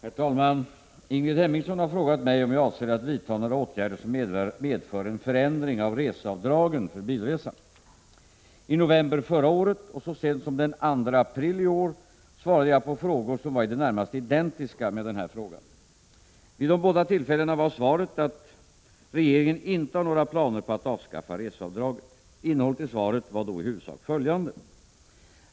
Herr talman! Ingrid Hemmingsson har frågat mig om jag avser att vidta några åtgärder som medför en förändring av reseavdragen för bilresa. I november förra året och så sent som den 2 april i år svarade jag på frågor som var i det närmaste identiska med denna fråga. Vid de båda tillfällena var svaret att regeringen inte har några planer på att avskaffa reseavdraget. Innehållet i svaret var då i huvudsak följande.